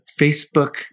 Facebook